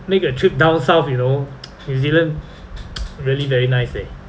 make a trip down south you know new zealand really very nice leh